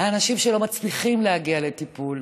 על אנשים שלא מצליחים להגיע לטיפול,